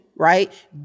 right